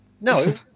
no